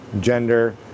gender